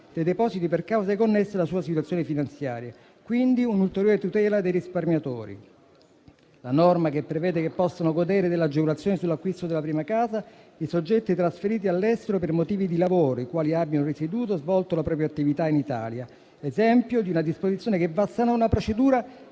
dei depositi per cause connesse alla sua situazione finanziaria: si tratta quindi di un'ulteriore tutela dei risparmiatori. Cito poi la norma che prevede che possano godere dell'agevolazione sull'acquisto della prima casa i soggetti trasferiti all'estero per motivi di lavoro i quali abbiano risieduto e svolto la propria attività in Italia: è un esempio di una disposizione che va a sanare una procedura